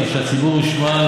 ושהציבור ישמע,